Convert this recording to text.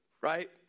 Right